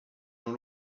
jean